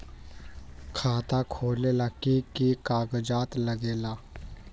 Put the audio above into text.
खाता खोलेला कि कि कागज़ात लगेला?